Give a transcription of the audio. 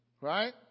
right